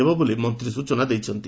ହେବ ବୋଲି ମନ୍ତ୍ରୀ ସ୍ୟଚନା ଦେଇଛନ୍ତି